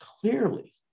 clearly